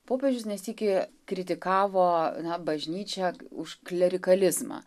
popiežius ne sykį kritikavo bažnyčią už klerikalizmą